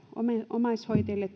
omaishoitajille